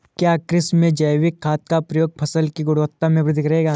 क्या कृषि में जैविक खाद का प्रयोग फसल की गुणवत्ता में वृद्धि करेगा?